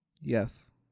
yes